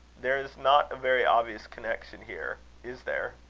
there is not a very obvious connexion here is there?